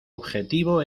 objetivo